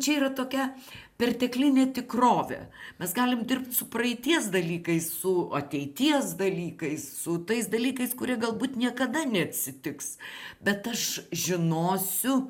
čia yra tokia perteklinė tikrovė mes galim dirbt su praeities dalykais su ateities dalykais su tais dalykais kurie galbūt niekada neatsitiks bet aš žinosiu